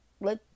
let